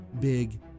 big